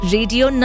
Radio